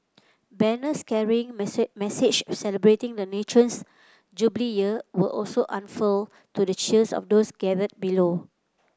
banners carrying message celebrating the nation's Jubilee Year were also unfurled to the cheers of those gathered below